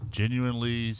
genuinely